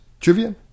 Trivia